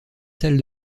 salle